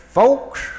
folks